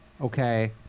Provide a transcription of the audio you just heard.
okay